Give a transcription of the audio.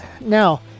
Now